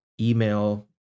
email